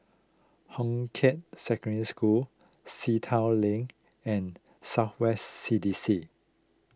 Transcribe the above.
Hong Kah Secondary School Sea Town Lane and South West C D C